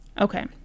Okay